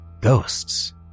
Ghosts